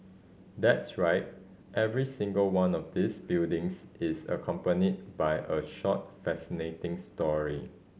that's right every single one of these buildings is accompanied by a short fascinating story